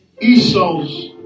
Esau's